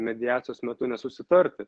mediacijos metu nesusitarti